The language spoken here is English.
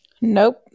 Nope